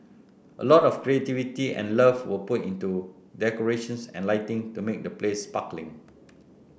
a lot of creativity and love were put into decorations and lighting to make the place sparkling